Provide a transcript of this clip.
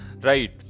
right